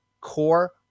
core